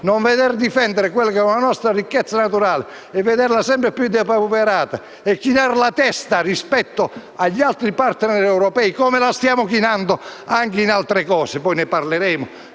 non veder difendere la nostra ricchezza naturale e vederla sempre più depauperata, chinando la testa rispetto agli altri *partner* europei, come la stiamo chinando anche in altre cose (poi ne parleremo).